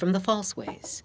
from the false ways